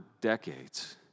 decades